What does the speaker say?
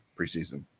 preseason